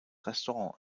restaurant